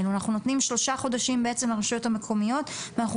אנחנו נותנים שלושה חודשים לרשויות המקומיות ואנחנו